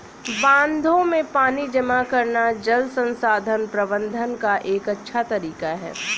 बांधों में पानी जमा करना जल संसाधन प्रबंधन का एक अच्छा तरीका है